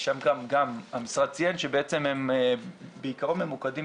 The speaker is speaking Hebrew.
שם גם המשרד ציין שהם בעיקרון ממוקדים